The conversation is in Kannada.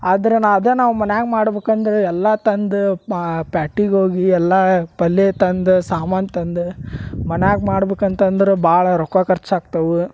ಆದ್ರ ನಾ ಅದಾ ನಾವು ಮನ್ಯಾಗ ಮಾಡ್ಬೇಕಂದ್ರ ಎಲ್ಲಾ ತಂದ ಮಾ ಪ್ಯಾಟಿಗ ಹೋಗಿ ಎಲ್ಲಾ ಪಲ್ಲೆ ತಂದ ಸಾಮಾನು ತಂದ ಮನ್ಯಾಗ ಮಾಡ್ಬೇಕು ಅಂತಂದ್ರ ಭಾಳ ರೊಕ್ಕ ಖರ್ಚಾಗ್ತವು